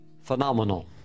phenomenal